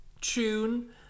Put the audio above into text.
tune